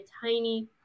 tiny